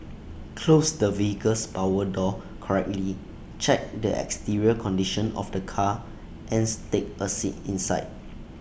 close the vehicle's power door correctly check the exterior condition of the car ans take A seat inside